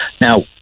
now